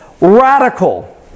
radical